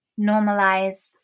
normalize